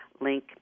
link